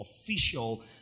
official